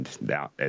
now